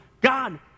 God